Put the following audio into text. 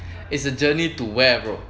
is a journey to where bro